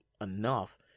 enough